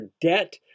debt